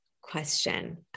question